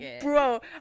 Bro